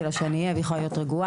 לה שאני אהיה והיא יכולה להיות רגועה.